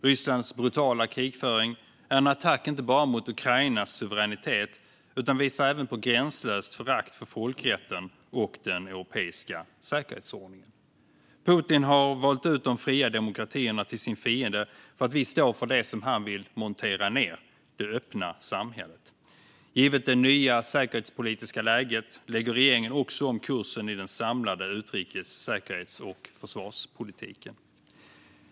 Rysslands brutala krigföring är inte bara en attack mot Ukrainas suveränitet utan visar även på ett gränslöst förakt för folkrätten och den europeiska säkerhetsordningen. Putin har valt ut de fria demokratierna till sin fiende för att vi står för det han vill montera ned, alltså det öppna samhället. Givet det nya säkerhetspolitiska läget lägger regeringen också om kursen i den samlade utrikes-, säkerhets och försvarspolitiken.